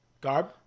Garb